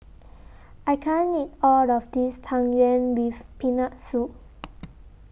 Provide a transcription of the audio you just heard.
I can't eat All of This Tang Yuen with Peanut Soup